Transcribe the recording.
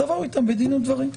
תבואו איתם בדין ודברים.